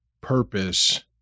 purpose